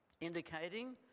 indicating